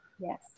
Yes